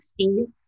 60s